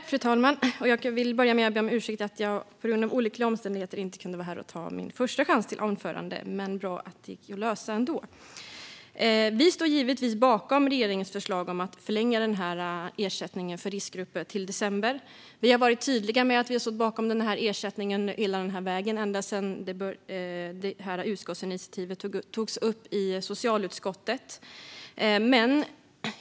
Fru talman! Jag vill börja med att be om ursäkt för att jag av olyckliga omständigheter inte var här och kunde hålla mitt anförande tidigare när jag var uppsatt på talarlistan. Jag är glad att det ändå gick att lösa. Vi står givetvis bakom regeringens förslag om att förlänga ersättningen för riskgrupper till december. Vi har varit tydliga med att vi hela vägen har stått bakom den här ersättningen. Det har vi gjort ända sedan utskottsinitiativet togs upp i socialutskottet.